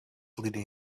leading